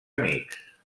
amics